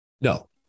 No